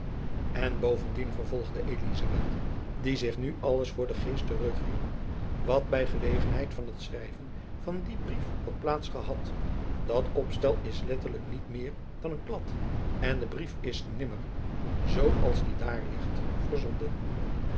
en bovendien vervolgde elizabeth die zich nu alles voor den geest terugriep wat by gelegenheid van het schrijven van dien brief had plaats gehad dat opstel is letterlijk niet meer dan een klad en de brief is nimmer z als die daar ligt verzonden